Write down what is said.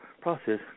process